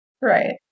Right